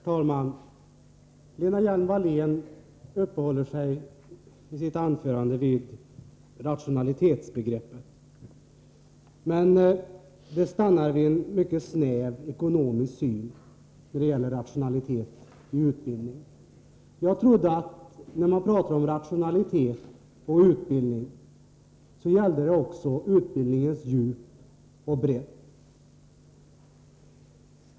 Herr talman! Lena Hjelm-Wallén uppehöll sig i sitt anförande vid rationalitetsbegreppet. Men det stannade vid en mycket snäv ekonomisk syn när det gäller rationalitet i utbildningen. Jag trodde att det, när man pratar om rationalitet i utbildningen, också gällde utbildningens djup och bredd.